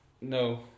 no